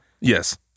yes